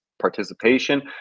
participation